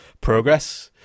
progress